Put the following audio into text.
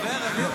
יפה, רביבו.